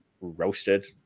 roasted